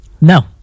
No